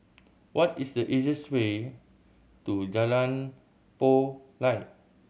what is the easiest way to Jalan Payoh Lai